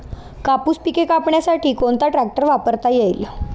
कापूस पिके कापण्यासाठी कोणता ट्रॅक्टर वापरता येईल?